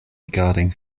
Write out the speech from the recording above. guarding